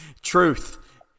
Truth